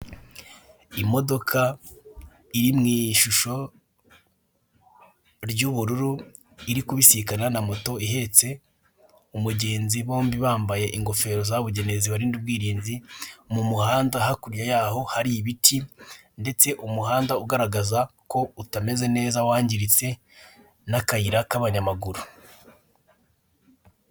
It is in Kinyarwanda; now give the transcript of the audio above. Imodoka iri mu ishusho ry'ubururu iri kubisikana na moto ihetse umugenzi, bombi bambaye ingofero zabugenewe zibarinda ubwirinzi mu muhanda. Hakurya yaho hari ibiti, ndetse umuhanda ugaragaza ko utameze neza wangiritse, n'akayira k'abanyamaguru.